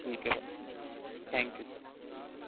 ٹھیک ہے bye thank you sir